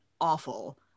awful